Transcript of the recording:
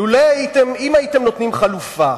אם הייתם נותנים חלופה,